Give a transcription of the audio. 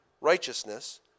Righteousness